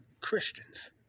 Christians